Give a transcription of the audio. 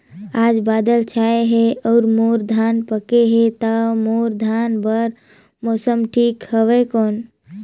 आज बादल छाय हे अउर मोर धान पके हे ता मोर धान बार मौसम ठीक हवय कौन?